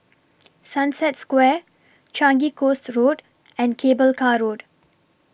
Sunset Square Changi Coast Road and Cable Car Road